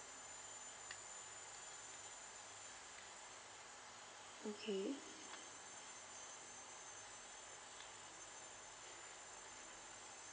okay